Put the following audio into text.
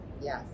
Yes